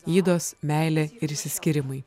ydos meilė ir išsiskyrimai